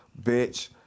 bitch